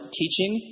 teaching